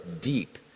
deep